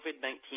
COVID-19